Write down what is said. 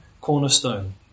cornerstone